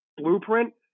blueprint